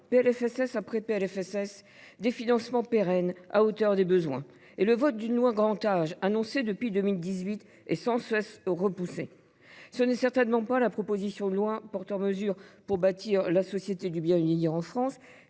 PLFSS après PLFSS, des financements pérennes à la hauteur des besoins, alors que le vote d’une loi grand âge, annoncé depuis 2018, est sans cesse repoussé. Ce n’est certainement pas la proposition de loi portant mesures pour bâtir la société du bien vieillir en France